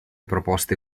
proposte